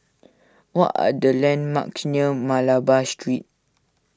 what are the landmarks near Malabar Street